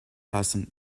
passen